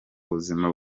buzima